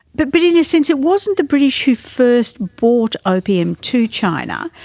but but in a sense it wasn't the british who first brought opium to china.